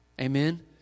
Amen